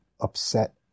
upset